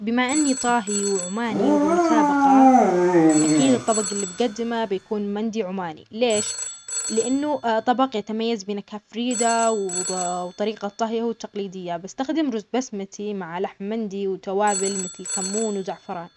بما أني طاهي وعماني وبمسابقة، أكيد الطبق اللي بقدمه بيكون مندي عماني، ليش؟ لأنه طبق يتميز بنكه فريدة وطريقة طهيه تقليدية، بستخدم رز بسمتي مع لحم مندي وتوابل مثل كمون وزعفران،